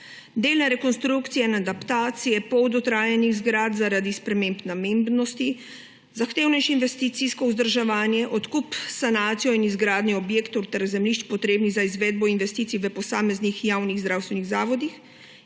delna rekonstrukcija in adaptacije poldotrajanih zgradb zaradi sprememb namembnosti, zahtevnejše investicijsko vzdrževanje, odkup, sanacija in izgradnjo objektov ter zemljišč, potrebnih za izvedbo investicij v posameznih javnih zdravstvenih zavodih,